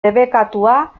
debekatua